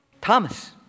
Thomas